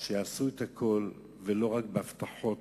שיעשו הכול, לא רק בהבטחות